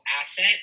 asset